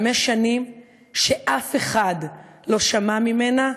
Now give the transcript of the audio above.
חמש שנים שאף אחד לא שמע ממנה